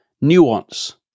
nuance